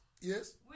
yes